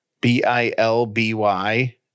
B-I-L-B-Y